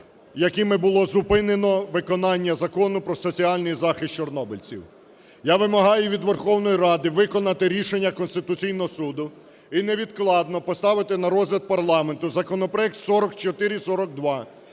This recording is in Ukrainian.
Я вимагаю від Верховної Ради виконати рішення Конституційного Суду і невідкладно поставити на розгляд парламенту законопроект 4442,